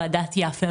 ועדת יפה,